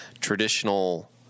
traditional